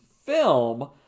film